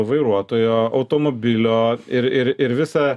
vairuotojo automobilio ir ir ir visa